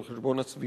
על חשבון הסביבה.